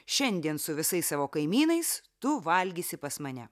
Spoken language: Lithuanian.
šiandien su visais savo kaimynais tu valgysi pas mane